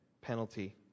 penalty